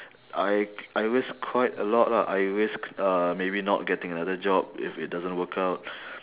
I I risk quite a lot lah I risk uh maybe not getting another job if it doesn't work out